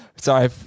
Sorry